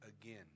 again